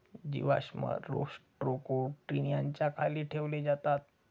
जीवाश्म रोस्ट्रोकोन्टि याच्या खाली ठेवले जातात